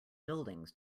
buildings